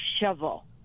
shovel